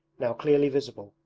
now clearly visible,